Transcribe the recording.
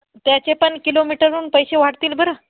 त्याचे पण किलोमीटरवरून पैसे वाढतील बरं